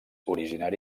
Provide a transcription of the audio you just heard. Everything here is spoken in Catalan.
originari